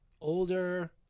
older